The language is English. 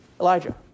Elijah